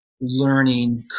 learning